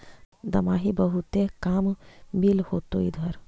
दमाहि बहुते काम मिल होतो इधर?